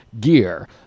Gear